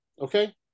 okay